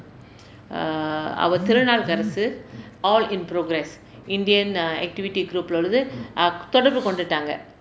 err our திருநாள் தரசு:thirunaal tarsu all in progress indian err activity group உள்ள உள்ளது தொடங்கு போட்டுட்டாங்க:ulla ullathu thodangu potuttaanga